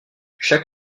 chaque